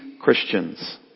Christians